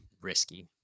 Risky